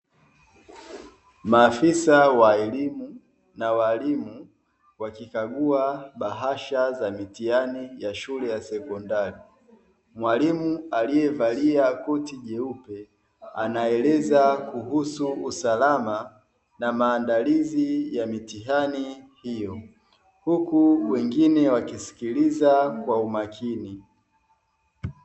Maafisa wa elimu na walimu wakikagua bahasha za mitihani ya shule ya sekondari. Mwalimu aliyevalia koti jeupe anaeleza kuhusu usalama na maandalizi ya mitihani hiyo, huku wengine wakisikiliza kwa umakini.